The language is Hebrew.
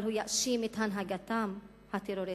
אבל הוא יאשים את הנהגתם הטרוריסטית.